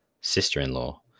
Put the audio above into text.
sister-in-law